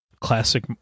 classic